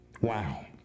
Wow